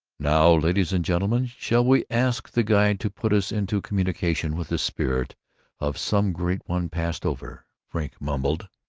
now, ladies and gentlemen, shall we ask the guide to put us into communication with the spirit of some great one passed over? frink mumbled.